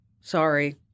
Sorry